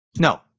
No